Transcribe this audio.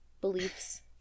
Beliefs